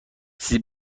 چیزی